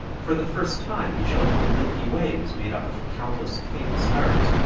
for the first time he showed that the milky way was made up of countless faint stars,